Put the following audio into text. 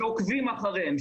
שעוקבים אחריהם,